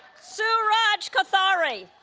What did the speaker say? szu-raj kothari